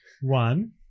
one